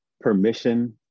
Permission